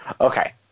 Okay